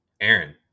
Aaron